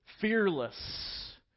Fearless